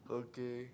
okay